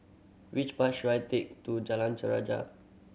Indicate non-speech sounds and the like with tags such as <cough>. which bus should I take to Jalan <unintelligible>